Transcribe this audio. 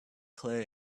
clear